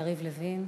יריב לוין,